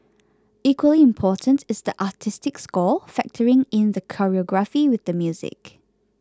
equally important is the artistic score factoring in the choreography with the music